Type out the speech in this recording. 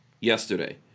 Yesterday